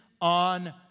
on